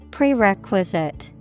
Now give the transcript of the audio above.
Prerequisite